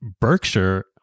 Berkshire